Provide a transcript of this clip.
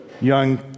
Young